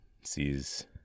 sees